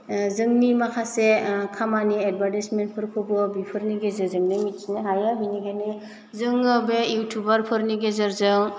जोंनि माखासे खामानि एडभारटाइसमेन्ट फोरखौबो बेफोरनि गेजेरजोंनो मिथिनो हायो बेनिखायनो जोङो बे इउटुबारफोरनि गेजेरजों